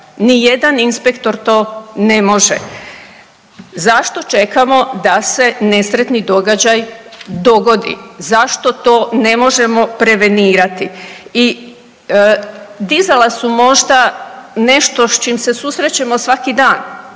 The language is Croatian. Ni jedan inspektor to ne može. Zašto čekamo da se nesretni događaj dogodi, zašto to ne možemo prevenirati? I dizala su možda nešto s čim se susrećemo svaki dan